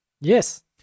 Yes